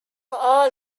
are